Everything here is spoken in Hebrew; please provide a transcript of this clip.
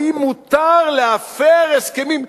האם מותר להפר הסכמים?